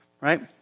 right